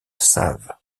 save